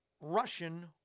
Russian